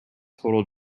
total